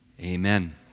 Amen